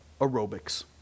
aerobics